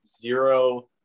zero